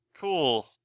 Cool